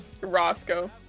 Roscoe